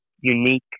unique